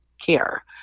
care